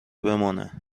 بمانه